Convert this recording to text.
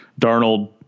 Darnold